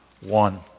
one